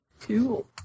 Cool